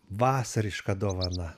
vasariška dovana